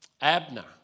Abner